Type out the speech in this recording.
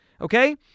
Okay